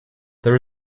there